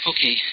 Okay